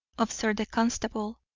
observed the constable.